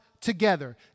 together